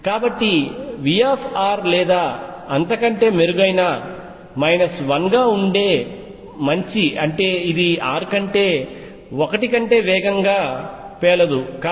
కాబట్టి Vr లేదా అంతకంటే మెరుగైన మైనస్ 1 గా ఉండే మంచి అంటే ఇది r కంటే 1 కంటే వేగంగా పేలదు